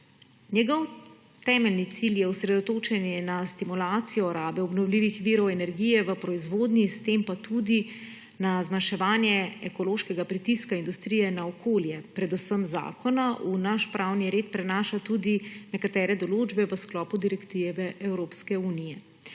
Njegov temeljni cilj je osredotočanje na stimulacijo rabe obnovljivih virov energije v proizvodnji, s tem pa tudi na zmanjševanje ekološkega pritiska industrije na okolje, predvsem zakona. V naš pravni red prinaša tudi nekatere določbe v sklopu direktive Evropske unije,